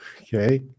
Okay